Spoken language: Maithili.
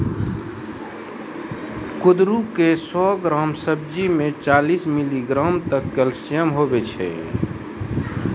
कुंदरू के सौ ग्राम सब्जी मे चालीस मिलीग्राम तक कैल्शियम हुवै छै